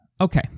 okay